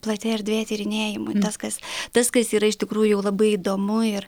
plati erdvė tyrinėjimo tas kas tas kas yra iš tikrųjų labai įdomu ir